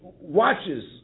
watches